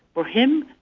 for him,